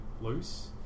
loose